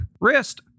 wrist